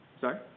Sorry